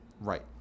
right